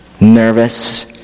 nervous